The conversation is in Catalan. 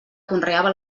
conreava